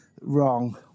wrong